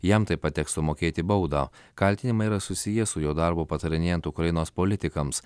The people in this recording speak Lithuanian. jam taip pat teks sumokėti baudą kaltinimai yra susiję su jo darbu patarinėjant ukrainos politikams